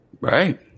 Right